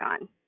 on